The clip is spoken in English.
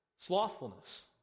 Slothfulness